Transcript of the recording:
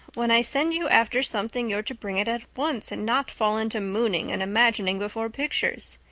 when i send you after something you're to bring it at once and not fall into mooning and imagining before pictures.